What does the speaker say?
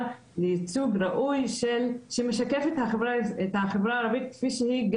לייצוג ראוי שמשקף את החברה הערבית כפי שהיא,